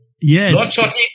Yes